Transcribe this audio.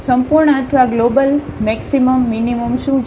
તેથી સંપૂર્ણ અથવા ગ્લોબલગ્લોબલ global મેક્સિમમ મીનીમમ શું છે